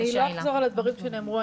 אני לא אחזור על דברים שנאמרו,